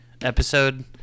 episode